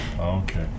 Okay